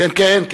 כן כן,